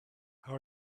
how